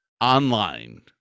online